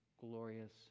glorious